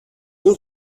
این